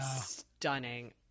stunning